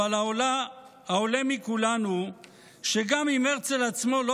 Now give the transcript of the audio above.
אבל העולה מכולן הוא שגם אם הרצל עצמו לא